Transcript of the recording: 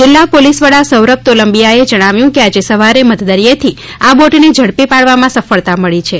જિલ્લા પોલીસ વડા સૌરભ તોલંબિયાએ જણાવ્યું કે આજે સવારે મધદરીયેથી આ બોટને ઝડપી પાડવામાં સફળતા મળી છે